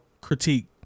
critique